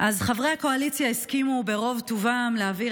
אז חברי הקואליציה הסכימו ברוב טובם להעביר